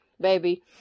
baby